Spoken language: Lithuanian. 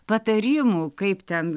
patarimų kaip ten